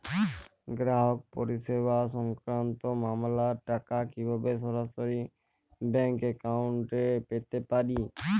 গ্রাহক পরিষেবা সংক্রান্ত মামলার টাকা কীভাবে সরাসরি ব্যাংক অ্যাকাউন্টে পেতে পারি?